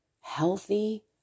healthy